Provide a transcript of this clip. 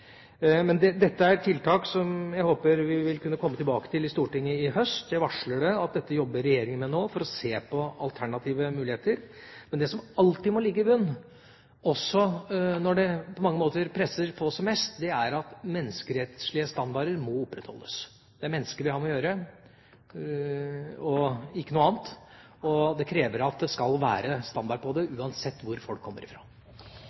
Men dette er tiltak som jeg håper vi vil kunne komme tilbake til i Stortinget i høst. Jeg varsler at dette jobber regjeringa med nå for å se på alternative muligheter. Men det som alltid må ligge i bunnen, også når det på mange måter presser på som mest, er at menneskerettslige standarder må opprettholdes. Det er mennesker vi har med å gjøre, og ikke noe annet, og det krever at det skal være standard på det uansett hvor folk kommer